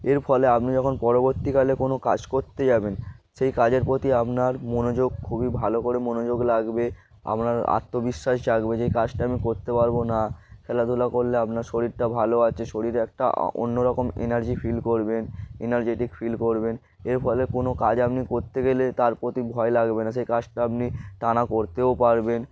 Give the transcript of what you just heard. এর ফলে আপনি যখন পরবর্তীকালে কোনো কাজ করতে যাবেন সেই কাজের প্রতি আপনার মনোযোগ খুবই ভালো করে মনোযোগ লাগবে আপনার আত্মবিশ্বাস জাগবে যে এই কাজটা আমি করতে পারব না খেলাধুলা করলে আপনার শরীরটা ভালো আছে শরীরে একটা অন্যরকম এনার্জি ফিল করবেন এনার্জেটিক ফিল করবেন এর ফলে কোনো কাজ আপনি করতে গেলে তার প্রতি ভয় লাগবে না সেই কাজটা আপনি টানা করতেও পারবেন